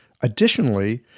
Additionally